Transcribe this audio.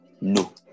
no